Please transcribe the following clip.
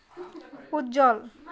উজ্জ্বল